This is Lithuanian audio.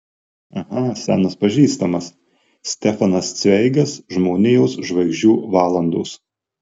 aha senas pažįstamas stefanas cveigas žmonijos žvaigždžių valandos